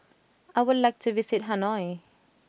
I would like to visit Hanoi